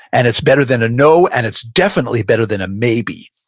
and it's better than a no and it's definitely, better than a maybe.